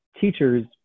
teachers